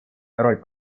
роль